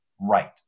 right